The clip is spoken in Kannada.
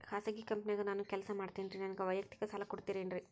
ಖಾಸಗಿ ಕಂಪನ್ಯಾಗ ನಾನು ಕೆಲಸ ಮಾಡ್ತೇನ್ರಿ, ನನಗ ವೈಯಕ್ತಿಕ ಸಾಲ ಕೊಡ್ತೇರೇನ್ರಿ?